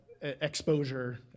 Exposure